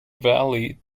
valley